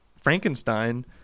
Frankenstein